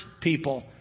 people